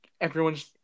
everyone's